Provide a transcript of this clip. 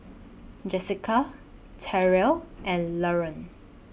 Jessika Tyrell and Laron